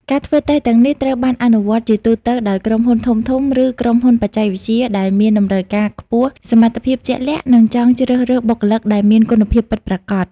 ការធ្វើតេស្តទាំងនេះត្រូវបានអនុវត្តជាទូទៅដោយ ក្រុមហ៊ុនធំៗ ឬក្រុមហ៊ុនបច្ចេកវិទ្យា ដែលមានតម្រូវការខ្ពស់ចំពោះសមត្ថភាពជាក់លាក់ និងចង់ជ្រើសរើសបុគ្គលិកដែលមានគុណភាពពិតប្រាកដ។